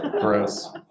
Gross